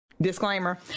disclaimer